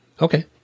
Okay